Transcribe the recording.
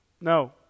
No